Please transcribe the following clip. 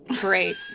Great